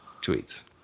tweets